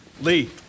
Lee